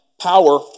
power